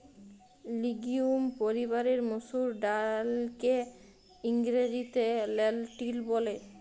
legume পরিবারের মসুর ডাইলকে ইংরেজিতে লেলটিল ব্যলে